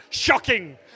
Shocking